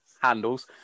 handles